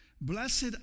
blessed